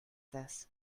this